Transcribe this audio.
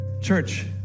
Church